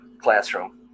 classroom